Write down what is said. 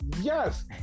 Yes